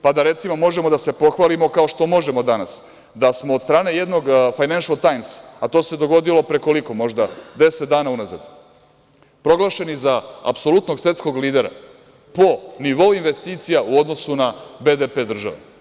Pa, da, recimo, možemo da se pohvalimo, kao što možemo danas, da smo od strane jednog „Fajnenšl tajmsa“, a to se dogodilo pre koliko, možda deset dana unazad, proglašeni za apsolutnog svetskog lidera po nivou investicija u odnosu na BDP države.